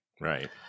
Right